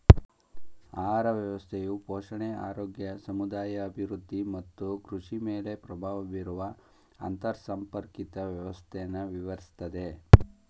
ಆಹಾರ ವ್ಯವಸ್ಥೆಯು ಪೋಷಣೆ ಆರೋಗ್ಯ ಸಮುದಾಯ ಅಭಿವೃದ್ಧಿ ಮತ್ತು ಕೃಷಿಮೇಲೆ ಪ್ರಭಾವ ಬೀರುವ ಅಂತರ್ಸಂಪರ್ಕಿತ ವ್ಯವಸ್ಥೆನ ವಿವರಿಸ್ತದೆ